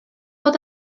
bod